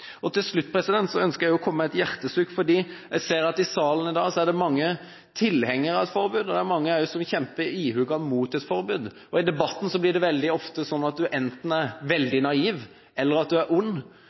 tidsrom. Til slutt vil jeg komme med et hjertesukk. Jeg ser at i salen i dag er det mange tilhengere av forbudet, og mange vil også kjempe ihuga imot et forbud. I debatten blir det ofte til at du enten er